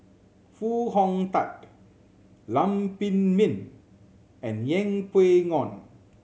Foo Hong Tatt Lam Pin Min and Yeng Pway Ngon